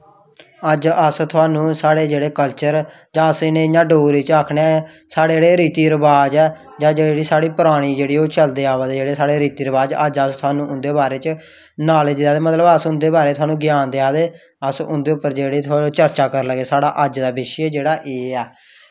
अज्ज अस थुआनूं साढ़े जेह्ड़े कल्चर जां अस इ'नेंगी इयां डोगरी च आक्खने जां साढ़े जेह्ड़े रीति रवाज जा जेह्ड़ी साढ़ी परानी जेह्ड़ी ओह् चलदी आवा दे जेह्ड़े साढ़े रीति रवाज अज्ज अस थुआनूं उं'दे बारे च नॉलेज मतलब अस उं'दे बारै च ज्ञान देआ दे अस उं'दे पर जेह्ड़ी चर्चा करन लग्गे साढ़ा अज्ज दा विशे ऐ जेह्ड़ा एह् ऐ